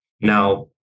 Now